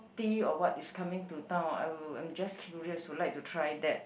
tea or what is coming to town I'll I'm just curious would like to try that